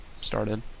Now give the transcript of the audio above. started